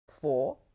Four